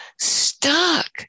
stuck